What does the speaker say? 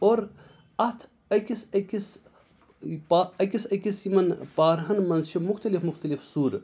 اور اَتھ أکِس أکِس أکِس أکِس یِمَن پارہَن مَنٛز چھِ مختلف مختلف سوٗرٕ